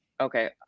okay